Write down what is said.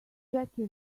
jackie